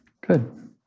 Good